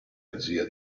regia